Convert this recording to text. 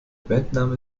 bandname